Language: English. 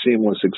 seamless